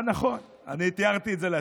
נכון, אני תיארתי את זה לעצמי.